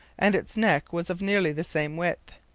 and its neck was of nearly the same width.